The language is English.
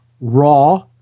raw